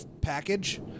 package